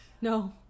No